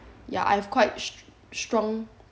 ya I have quite strong